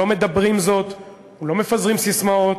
לא מדברים זאת ולא מפזרים ססמאות,